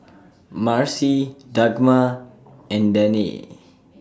Marci Dagmar and Danae